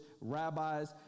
rabbis